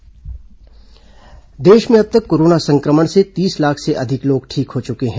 corona मरीज देश में अब तक कोरोना संक्रमण से तीस लाख से अधिक लोग ठीक हो चुके हैं